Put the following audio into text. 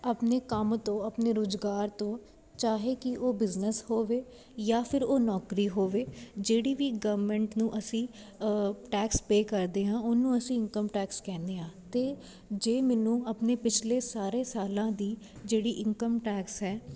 ਆਪਣੇ ਕੰਮ ਤੋਂ ਆਪਣੇ ਰੁਜਗਾਰ ਤੋਂ ਚਾਹੇ ਕੀ ਉਹ ਬਿਜਨਸ ਹੋਵੇ ਜਾਂ ਫੇਰ ਉਹ ਨੌਕਰੀ ਹੋਵੇ ਜਿਹੜੀ ਵੀ ਗਮੈਂਟ ਨੂੰ ਅਸੀਂ ਟੈਕਸ ਪੇਅ ਕਰਦੇ ਹਾਂ ਉਹਨੂੰ ਅਸੀਂ ਇਨਕਮ ਟੈਕਸ ਕਹਿਨੇ ਆਂ ਤੇ ਜੇ ਮੈਨੂੰ ਆਪਣੇ ਪਿਛਲੇ ਸਾਰੇ ਸਾਲਾਂ ਦੀ ਜਿਹੜੀ ਇਨਕਮ ਟੈਕਸ ਐ